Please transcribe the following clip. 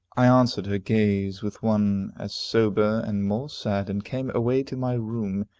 i answered her gaze with one as sober, and more sad, and came away to my room,